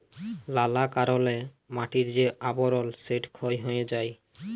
লালা কারলে মাটির যে আবরল সেট ক্ষয় হঁয়ে যায়